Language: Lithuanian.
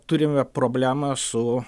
turime problemą su